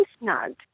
snug